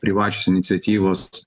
privačios iniciatyvos